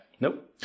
nope